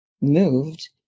moved